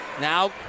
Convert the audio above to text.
Now